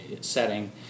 setting